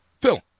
Phil